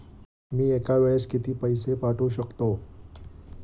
मी एका वेळेस किती पैसे पाठवू शकतो?